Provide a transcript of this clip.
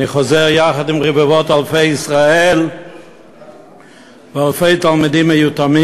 אני חוזר יחד עם רבבות אלפי ישראל ואלפי תלמידים מיותמים